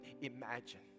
imagine